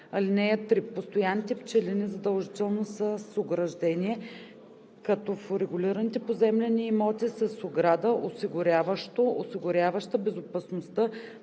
такса. (3) Постоянните пчелини задължително са с ограждение, като в урегулираните поземлени имоти са с ограда, осигуряващо/осигуряваща безопасността